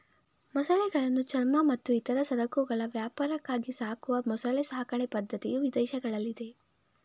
ಮೊಸಳೆಗಳನ್ನು ಚರ್ಮ ಮತ್ತು ಇತರ ಸರಕುಗಳ ವ್ಯಾಪಾರಕ್ಕಾಗಿ ಸಾಕುವ ಮೊಸಳೆ ಸಾಕಣೆ ಪದ್ಧತಿಯು ವಿದೇಶಗಳಲ್ಲಿದೆ